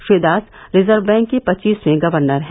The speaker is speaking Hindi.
श्री दास रिजर्व बैंक के पचीसवें गवर्नर हैं